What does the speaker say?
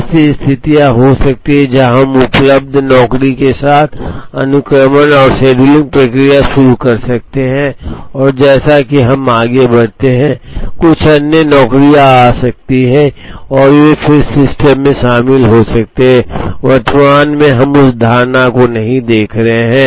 ऐसी स्थितियां हो सकती हैं जहां हम उपलब्ध नौकरियों के साथ अनुक्रमण और शेड्यूलिंग प्रक्रिया शुरू कर सकते हैं और जैसा कि हम आगे बढ़ते हैं कुछ अन्य नौकरियां आ सकती हैं और फिर वे सिस्टम में शामिल हो सकते हैं वर्तमान में हम उस धारणा को नहीं देख रहे हैं